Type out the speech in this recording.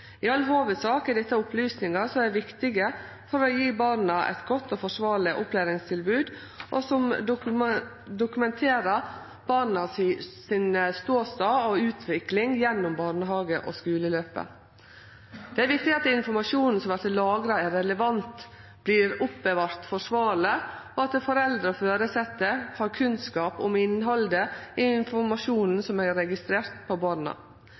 I all hovudsak er dette opplysningar som er viktige for å gje barna eit godt og forsvarleg opplæringstilbod, og som dokumenterer barna sin ståstad og utvikling gjennom barnehage- og skuleløpet. Det er viktig at den informasjonen som vert lagra, er relevant, vert oppbevart forsvarleg, og at foreldre og føresette har kunnskap om innhaldet i informasjonen som er registrert på barna.